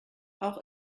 auch